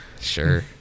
Sure